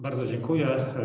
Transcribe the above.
Bardzo dziękuję.